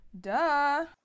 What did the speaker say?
duh